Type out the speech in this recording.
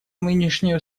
нынешняя